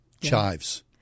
chives